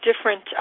different